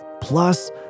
plus